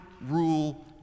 rule